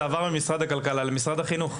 זה עבר ממשרד הכלכלה למשרד החינוך.